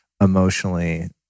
emotionally